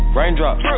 Raindrops